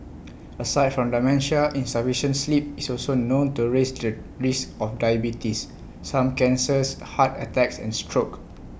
aside from dementia insufficient sleep is also known to raise the risk of diabetes some cancers heart attacks and stroke